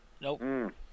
Nope